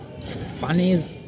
funnies